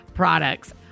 products